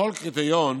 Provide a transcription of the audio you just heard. לכל קריטריון